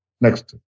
Next